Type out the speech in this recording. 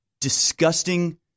disgusting